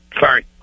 Sorry